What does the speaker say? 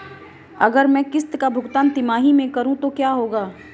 अगर मैं किश्त का भुगतान तिमाही में करूं तो क्या होगा?